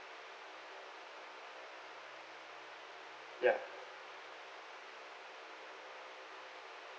ya